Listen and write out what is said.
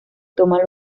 toma